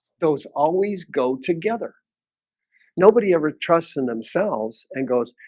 those always go together nobody ever trusts in themselves and goes